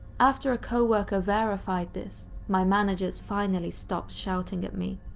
after a coworker verified this, my managers finally stopped shouting at me.